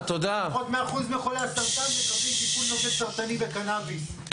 פחות מ-1% מחולי הסרטן מקבלים טיפול נוגד סרטני בקנביס,